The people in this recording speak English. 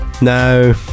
No